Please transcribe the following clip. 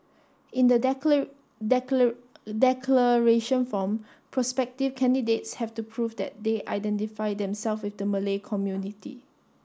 in the declaration form prospective candidates have to prove that they identify themselves with the Malay community